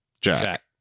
Jack